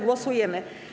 Głosujemy.